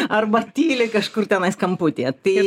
arba tyli kažkur tenais kamputyje tai